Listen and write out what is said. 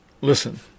Listen